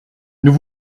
nous